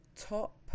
top